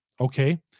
Okay